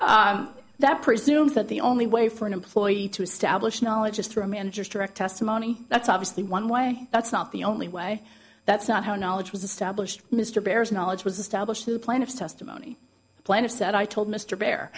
good that presumes that the only way for an employee to establish knowledge is through a manager's direct testimony that's obviously one way that's not the only way that's not how knowledge was established mr bear's knowledge was established to plaintiff's testimony planner said i told mr bear